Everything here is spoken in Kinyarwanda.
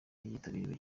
yitabiriwe